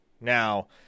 Now